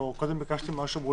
מה זה